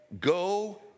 go